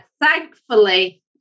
thankfully